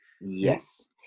Yes